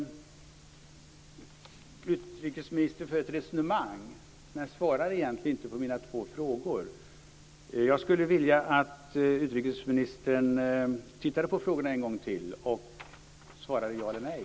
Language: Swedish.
Utrikesministern för ett resonemang men svarar egentligen inte på mina två frågor. Jag skulle vilja att utrikesministern tittade på frågorna en gång till och svarade ja eller nej.